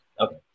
Okay